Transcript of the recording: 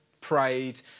prayed